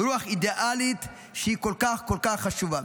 רוח אידיאלית שהיא כל כך כל כך חשובה.